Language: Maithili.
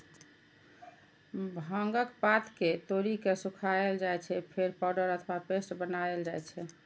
भांगक पात कें तोड़ि के सुखाएल जाइ छै, फेर पाउडर अथवा पेस्ट बनाएल जाइ छै